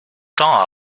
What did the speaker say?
tend